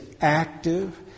active